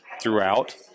throughout